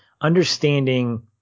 understanding